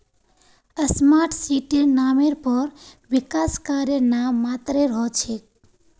smart सिटीर नामेर पर विकास कार्य नाम मात्रेर हो छेक